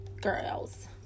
Girls